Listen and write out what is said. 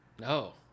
No